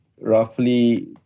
Roughly